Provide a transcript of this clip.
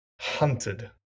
hunted